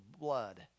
blood